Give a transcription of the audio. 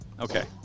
Okay